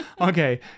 Okay